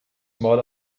mal